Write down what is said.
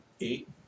Eight